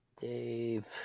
Dave